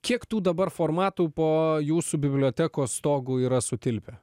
kiek tų dabar formatų po jūsų bibliotekos stogu yra sutilpę